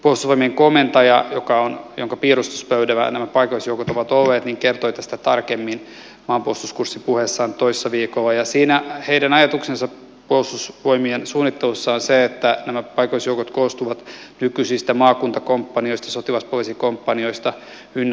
puolustusvoimien komentaja jonka piirustuspöydällä nämä paikallisjoukot ovat olleet kertoi tästä tarkemmin maanpuolustuskurssipuheessaan toissa viikolla ja siinä ajatus puolustusvoimien suunnittelussa on se että nämä paikallisjoukot koostuvat nykyisistä maakuntakomppanioista sotilaspoliisikomppanioista ynnä muuta